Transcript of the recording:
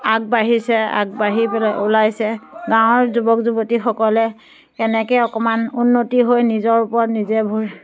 আগবাঢ়িছে আগবাঢ়িবলৈ ওলাইছে যে গাঁৱৰ যুৱক যুৱতীসকলে কেনেকৈ অকণমান উন্নতি হৈ নিজৰ ওপৰত নিজে ভৰি